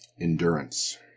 endurance